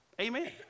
Amen